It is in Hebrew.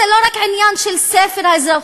זה לא רק עניין של ספר האזרחות.